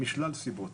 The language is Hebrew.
משלל סיבות,